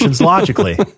logically